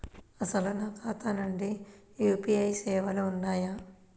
అసలు నా ఖాతాకు యూ.పీ.ఐ సేవలు ఉన్నాయా?